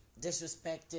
disrespected